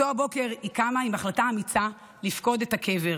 באותו הבוקר היא קמה עם החלטה אמיצה לפקוד את הקבר,